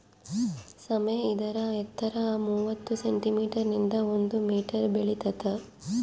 ಸಾಮೆ ಇದರ ಎತ್ತರ ಮೂವತ್ತು ಸೆಂಟಿಮೀಟರ್ ನಿಂದ ಒಂದು ಮೀಟರ್ ಬೆಳಿತಾತ